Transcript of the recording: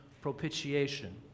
propitiation